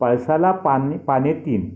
पळसाला पान पाने तीन